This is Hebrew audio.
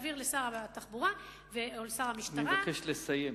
תעביר לשר התחבורה או לשר המשטרה, אני מבקש לסיים.